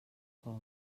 cove